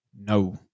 No